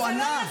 הוא ענה.